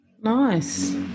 Nice